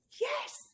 Yes